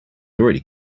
already